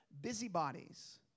busybodies